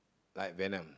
like venom